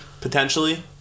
potentially